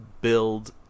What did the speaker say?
build